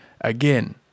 Again